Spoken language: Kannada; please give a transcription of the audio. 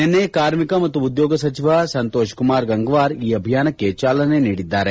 ನಿನ್ನೆ ಕಾರ್ಮಿಕ ಮತ್ತು ಉದ್ಲೋಗ ಸಚಿವ ಸಂತೋಷ ಕುಮಾರ್ ಗಂಗ್ನಾರ್ ಈ ಅಭಿಯಾನಕ್ಕೆ ಚಾಲನೆ ನೀಡಿದ್ದಾರೆ